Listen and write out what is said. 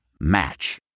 Match